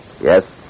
Yes